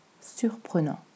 Surprenant